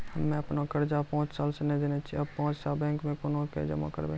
हम्मे आपन कर्जा पांच साल से न देने छी अब पैसा बैंक मे कोना के जमा करबै?